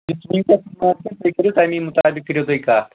چھُ وٕنۍکٮ۪س مارکیٹ تُہۍ کٔرِو تَمی مطابِق کٔرِو تُہۍ کَتھ